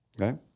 Okay